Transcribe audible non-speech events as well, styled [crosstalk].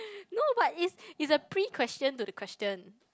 [breath] no but it's it's a pre question to the question